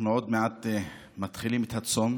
אנחנו עוד מעט מתחילים את הצום,